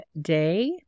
day